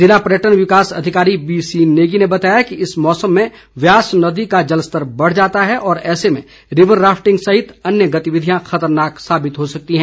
जिला पर्यटन विकास अधिकारी बीसी नेगी ने बताया कि इस मौसम में ब्यास नदी का जलस्तर बढ़ जाता है ऐसे में रिवर राफिटंग सहित अन्य गतिविधियां खतरनाक साबित हो सकती है